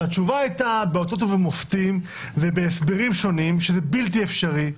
והתשובה הייתה באותות ובמופתים ובהסברים שונים שזה בלתי אפשרי,